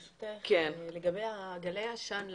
ברשותך, לגבי גלאי העשן לקשישים.